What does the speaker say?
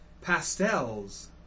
Pastels